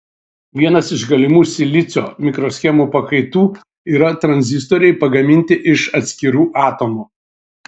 vienas iš galimų silicio mikroschemų pakaitų yra tranzistoriai pagaminti iš atskirų atomų